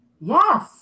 yes